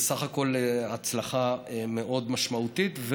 בסך הכול, הצלחה מאוד משמעותית.